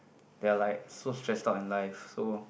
they are like so stressed out in life so